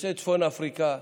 יוצאי צפון אפריקה,